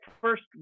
first